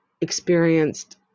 experienced